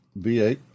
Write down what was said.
v8